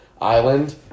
island